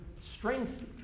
strength